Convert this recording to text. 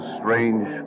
strange